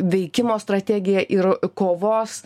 veikimo strategija ir kovos